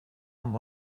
amb